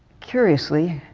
curiously,